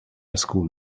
school